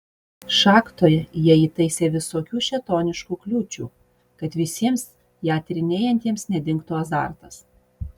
šachtoje jie įtaisė visokių šėtoniškų kliūčių kad visiems ją tyrinėjantiems nedingtų azartas